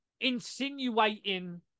insinuating